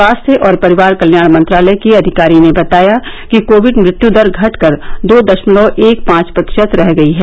स्वास्थ्य और परिवार कल्याण मंत्रालय के अधिकारी ने बताया कि कोविड मृत्यु दर घटकर दो दशमलव एक पांच प्रतिशत रह गई है